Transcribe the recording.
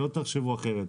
שלא תחשבו אחרת.